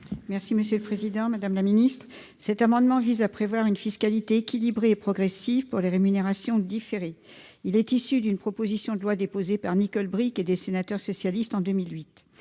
parole est à Mme Nelly Tocqueville. Cet amendement vise à prévoir une fiscalité équilibrée et progressive pour les rémunérations différées. Il est issu d'une proposition de loi déposée par Nicole Bricq et des sénateurs socialistes en 2008.